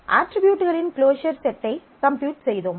அட்ரிபியூட்களின் closure set ஐ compute செய்தோம்